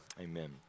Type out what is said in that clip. Amen